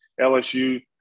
LSU